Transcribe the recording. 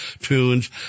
tunes